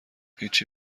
هیچی